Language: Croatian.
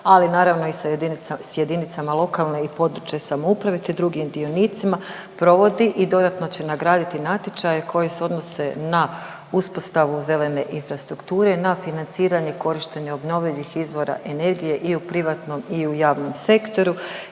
ali naravno i s jedinicama lokalne i područne samouprave te drugim dionicima provodi i dodatno će nagraditi natječaje koji se odnose na uspostavu zelene infrastrukture na financiranje i korištenje obnovljivih izvora energije i u privatnom i u javnom sektoru.